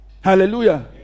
Hallelujah